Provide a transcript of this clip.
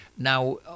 Now